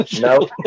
no